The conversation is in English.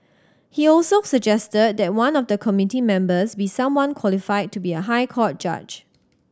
he also suggested that one of the committee members be someone qualified to be a High Court judge